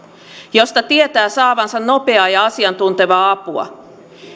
josta tietää saavansa nopeaa ja asiantuntevaa apua